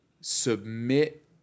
submit